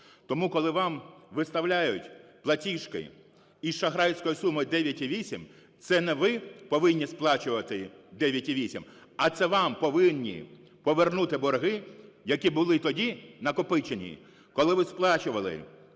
Тому, коли вам виставляють платіжки із шахрайською сумою 9,8, це не ви повинні сплачувати 9,8, а це вам повинні повернути борги, які були тоді накопичені, коли ви сплачували за